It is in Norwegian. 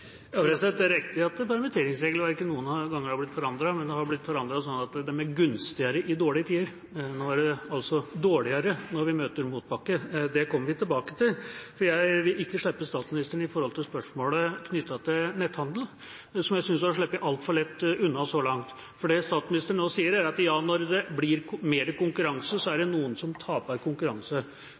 Det er riktig at permitteringsregelverket noen ganger er blitt forandret, men det er blitt forandret slik at det er gunstigere i dårlige tider. Nå er det altså dårligere når vi møter motbakke. Det kommer vi tilbake til. Jeg vil ikke slippe statsministeren når det gjelder spørsmålet knyttet til netthandel, som jeg syns hun har sluppet altfor lett unna så langt. Det statsministeren nå sier, er at ja, når det blir mer konkurranse, så er det noen som taper.